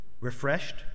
refreshed